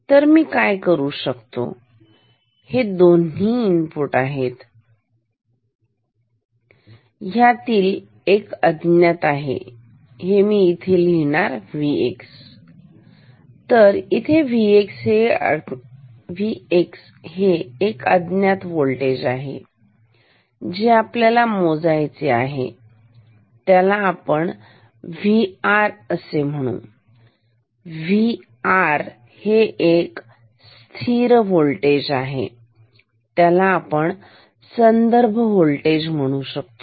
तर मी काय करू शकतो हे दोन्ही इनपुट आहेत ह्यातील एक अज्ञात आहे इथे मी लिहितो Vx तर इथे Vx हे अज्ञात व्होल्टेज आहे जे आपल्याला मोजायचे अज्ञात व्होल्टेज आहेआणि ह्याला Vr असे म्हणू Vr हे एक स्थिर व्होल्टेज आहे त्याला आपण संदर्भ व्होल्टेज म्हणू शकतो